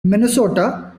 minnesota